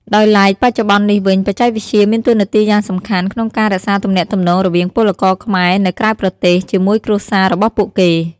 ដោយឡែក បច្ចុប្បន្ននេះវិញ បច្ចេកវិទ្យាមានតួនាទីយ៉ាងសំខាន់ក្នុងការរក្សាទំនាក់ទំនងរវាងពលករខ្មែរនៅក្រៅប្រទេស ជាមួយគ្រួសាររបស់ពួកគេ។